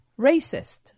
racist